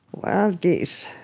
wild geese